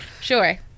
Sure